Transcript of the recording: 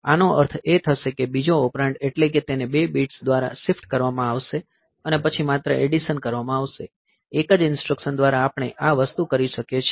આનો અર્થ એ થશે કે બીજો ઓપરેન્ડ એટલે કે તેને 2 બિટ્સ દ્વારા શિફ્ટ કરવામાં આવશે અને પછી માત્ર એડીશન કરવામાં આવશે એક જ ઈન્સ્ટ્રકશન દ્વારા આપણે આ વસ્તુ કરી શકીએ છીએ